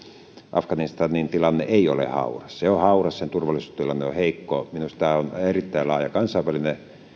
afganistanin tilanne ei ole hauras se on hauras ja sen turvallisuustilanne on heikko minusta on erittäin laaja kansainvälinen